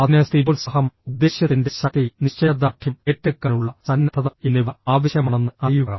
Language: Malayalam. അതിന് സ്ഥിരോത്സാഹം ഉദ്ദേശ്യത്തിന്റെ ശക്തി നിശ്ചയദാർഢ്യം ഏറ്റെടുക്കാനുള്ള സന്നദ്ധത എന്നിവ ആവശ്യമാണെന്ന് അറിയുക